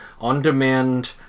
on-demand